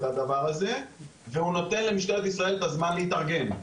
הדבר הזה והוא נותן למשטרת ישראל את הזמן להתארגן.